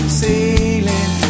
sailing